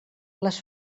les